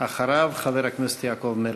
אחריו, חבר הכנסת יעקב מרגי.